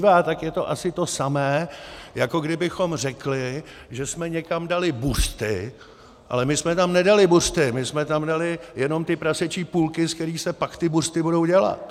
Tak je to asi to samé, jako kdybychom řekli, že jsme někam dali buřty ale my jsme tam nedali buřty, my jsme tam dali jenom ty prasečí půlky, z kterých se pak ty buřty budou dělat.